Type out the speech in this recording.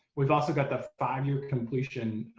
we've also got the five-year completion